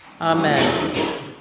Amen